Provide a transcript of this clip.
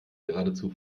geradezu